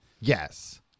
Yes